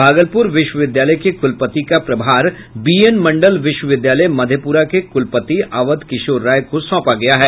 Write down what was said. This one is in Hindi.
भागलपुर विश्वविद्यालय के कुलपति का प्रभार बीएन मंडल विश्वविद्यालय मधेपुरा के कुलपति अवध किशोर राय को सौंपा गया है